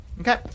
Okay